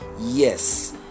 yes